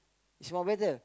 is for weather